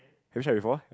have you tried before